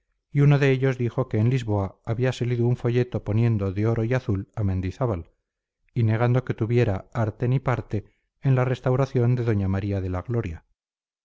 y uno de ellos dijo que en lisboa había salido un folleto poniendo de oro y azul a mendizábal y negando que tuviera arte ni parte en la restauración de doña maría de la gloria